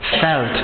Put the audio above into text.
felt